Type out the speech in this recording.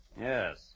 Yes